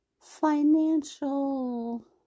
financial